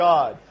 God